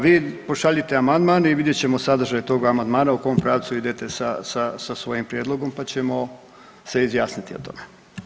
Vi pošaljite amandman i vidjet ćemo sadržaj tog amandmana u kom pravcu idete sa svojim prijedlogom pa ćemo se izjasniti oko toga.